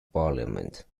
parliament